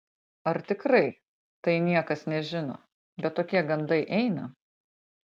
ar tikrai tai niekas nežino bet tokie gandai eina